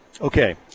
Okay